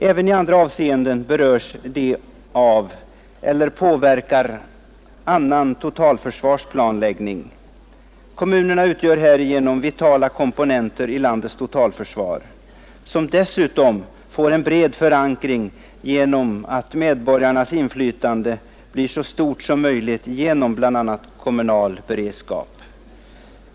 Även i andra avseenden berörs de av eller påverkar annan totalförsvarsplanläggning. Kommunerna utgör härigenom vitala komponenter i landets totalförsvar, som dessutom får en bred förankring i det att medborgarnas inflytande blir så stort som möjligt genom bl.a. kommunal beredskap.